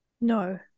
No